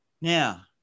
Now